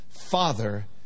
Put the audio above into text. Father